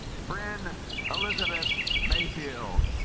brynn elizabeth mayfield